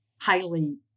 highly